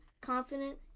confident